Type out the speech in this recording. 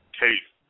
case